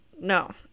No